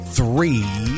three